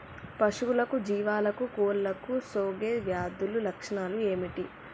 పశువులకు జీవాలకు కోళ్ళకు సోకే వ్యాధుల లక్షణాలు ఏమిటి?